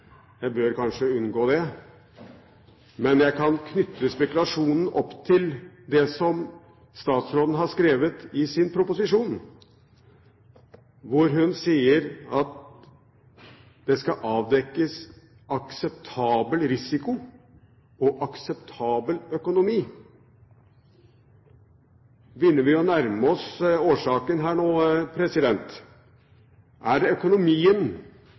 bør kanskje unngå det, men jeg kan knytte spekulasjonen opp til det som statsråden har skrevet i sin proposisjon, hvor hun sier at det skal avdekkes akseptabel risiko og akseptabel økonomi. Begynner vi å nærme oss årsaken nå? Er det økonomien